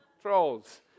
Trolls